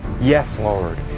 yes, lord,